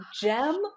gem